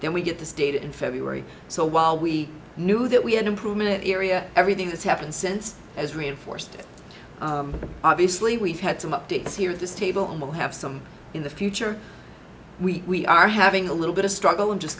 then we get this data in february so while we knew that we had improvement area everything that's happened since as reinforced obviously we've had some updates here at this table and we'll have some in the future we are having a little bit of a struggle i'm just